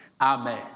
Amen